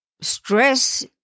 stress